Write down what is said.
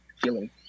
feeling